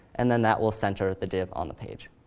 and then that will center the div on the page.